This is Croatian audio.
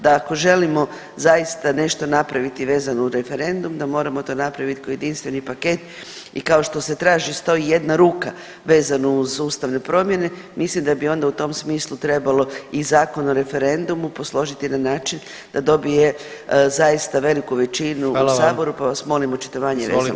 Da ako želimo zaista nešto napraviti vezano uz referendum, da moramo to napraviti kao jedinstveni paket i kao što se traži 101 ruka vezano uz ustavne promjene, mislim da bi onda u tom smislu trebalo i Zakon o referendumu posložiti na način da dobije zaista veliku većinu u Saboru [[Upadica: Hvala vam.]] pa vas molim očitovanje vezano uz to.